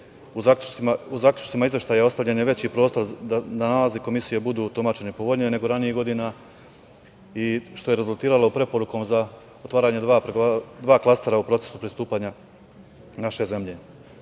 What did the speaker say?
zaključcima Izveštaja ostavljen je veći prostor da nalazi Komisije budu tumačeni i povoljniji nego ranijih godina, što je rezultiralo preporukom za otvaranje dva klastera u procesu pristupanja naše zemlje. Kada